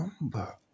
number